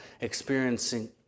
experiencing